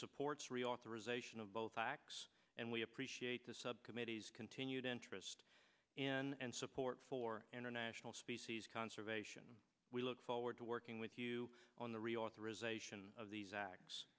supports reauthorization of both facts and we appreciate the subcommittees continued interest in and support for international species conservation we look forward to working with you on the reauthorization of these acts